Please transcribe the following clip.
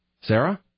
Sarah